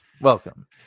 welcome